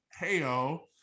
Heyo